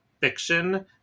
fiction